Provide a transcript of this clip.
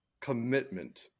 commitment